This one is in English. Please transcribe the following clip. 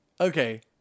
Okay